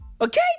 Okay